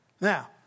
Now